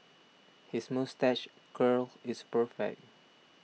his moustache curl is perfect